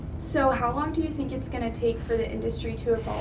so, how long do you think it's gonna take for the industry to